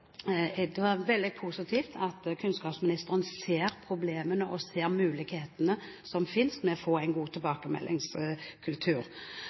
Det var veldig positivt at kunnskapsministeren ser problemene og ser mulighetene som finnes ved å få en god